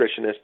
nutritionist